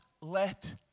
let